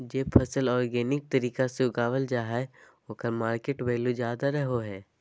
जे फसल ऑर्गेनिक तरीका से उगावल जा हइ ओकर मार्केट वैल्यूआ ज्यादा रहो हइ